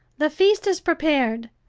the feast is prepared,